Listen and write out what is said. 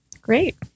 Great